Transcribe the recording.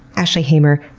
ashley hamer,